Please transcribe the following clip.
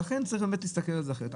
לכן צריך להסתכל על זה אחרת.